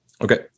okay